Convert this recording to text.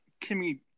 Kimmy